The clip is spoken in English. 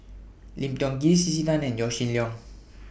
Lim Tiong Ghee C C Tan and Yaw Shin Leong